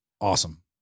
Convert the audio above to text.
Awesome